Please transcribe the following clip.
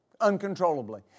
uncontrollably